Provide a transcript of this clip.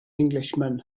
englishman